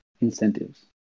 incentives